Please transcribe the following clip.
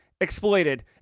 exploited